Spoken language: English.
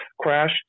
crash